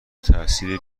تاثیر